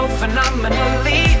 phenomenally